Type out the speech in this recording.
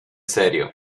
serio